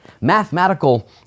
Mathematical